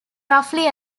roughly